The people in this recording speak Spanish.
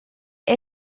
que